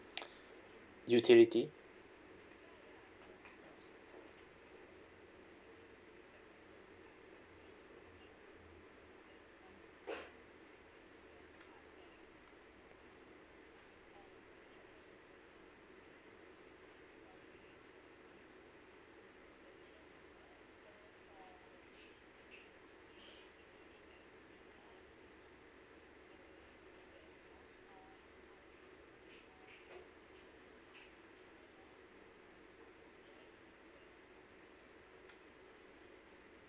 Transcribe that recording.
utility